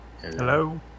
Hello